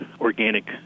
organic